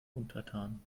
untertan